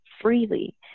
freely